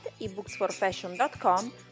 eBooksforFashion.com